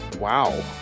wow